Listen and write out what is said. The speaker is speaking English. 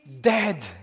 dead